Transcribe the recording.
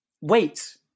Wait